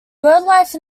birdlife